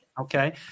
Okay